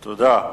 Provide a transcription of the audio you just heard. תודה.